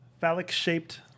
phallic-shaped